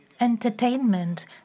entertainment